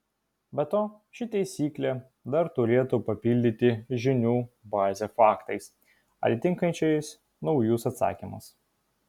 be to ši taisyklė dar turėtų papildyti žinių bazę faktais atitinkančiais naujus atsakymus